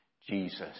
Jesus